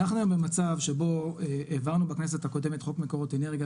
אנחנו היום במצב שבו העברנו בכנסת הקודמת חוק מקורות אנרגיה